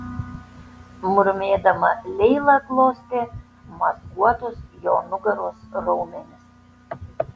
murmėdama leila glostė mazguotus jo nugaros raumenis